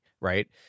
right